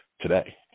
today